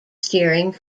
steering